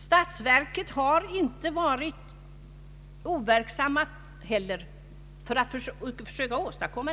Statsverket har inte heller varit overksamt.